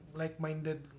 like-minded